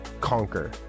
conquer